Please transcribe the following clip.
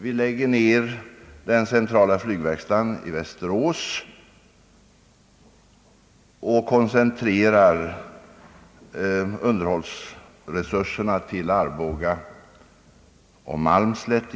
Vi lägger ned centrala flygverkstaden i Västerås och koncentrerar underhållsresurserna i huvudsak till Arboga och Malmslätt.